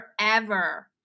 forever